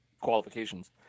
qualifications